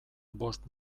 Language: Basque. bost